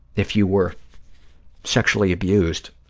if you were sexually abused,